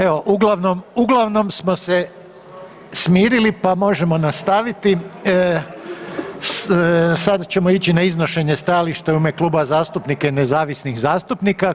Evo uglavnom, uglavnom smo se smirili pa možemo nastaviti, sada ćemo ići na iznošenje stajališta u ime klubova zastupnika i nezavisnih zastupnika.